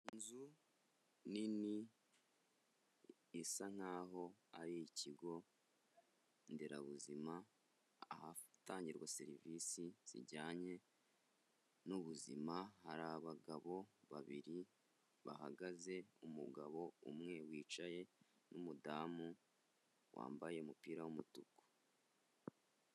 Inzu nini isa nkaho ari ikigo nderabuzima, ahatangirwa serivisi zijyanye n'ubuzima, hari abagabo babiri bahagaze, umugabo umwe wicaye n'umudamu wambaye umupira w'umutuku.